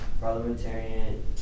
Parliamentarian